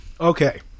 Okay